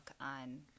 on